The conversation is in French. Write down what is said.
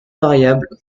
variable